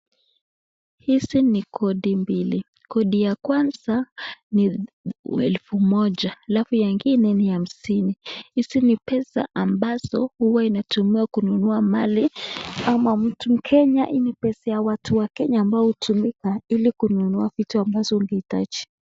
Hizi ni kodi mbili. Kodi ya kwanza ni elfu moja alafu nyingine ni hamsini. Hizi ni pesa ambazo huwa inatumiwa kununua mali ama mtu mkenya, hii ni pesa ya watu wa Kenya ambao hutumika ili kununua vitu ambazo ungehitaji.